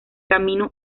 camino